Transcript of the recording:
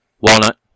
Walnut